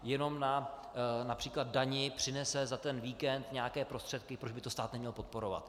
Jenom například na dani přinese za víkend nějaké prostředky proč by to stát neměl podporovat?